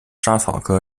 莎草科